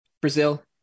Brazil